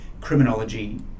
criminology